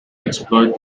exploit